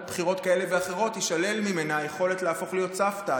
בחירות כאלה ואחרות תישלל ממנה היכולת להפוך להיות סבתא,